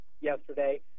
yesterday